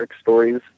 stories